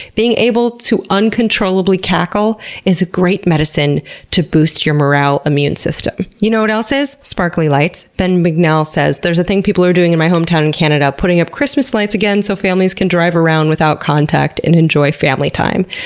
being able to uncontrollably cackle is a great medicine to boost your morale immune system. you know what else is? sparkly lights. ben bignell says there's a thing people are doing in my hometown in canada, putting up christmas lights again so families can drive around without contact and enjoy family time.